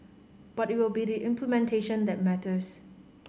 but it will be the implementation that matters